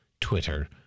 Twitter